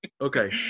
Okay